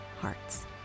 hearts